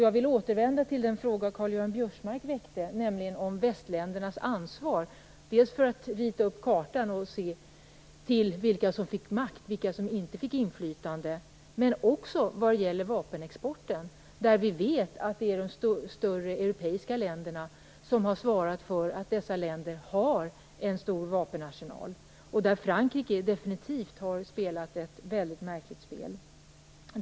Jag vill återvända till den fråga Karl-Göran Biörsmark väckte, nämligen den om västländernas ansvar för att rita upp kartan och se till vilka som fick makt och vilka som inte fick något inflytande, men också för vapenexporten. Vi vet att det är de större europeiska länderna som har svarat för att dessa länder har en stor vapenarsenal. Där har Frankrike spelat ett mycket märkligt spel.